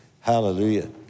Hallelujah